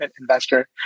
investor